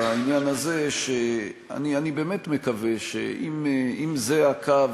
בעניין הזה שאני באמת מקווה שאם זה הקו,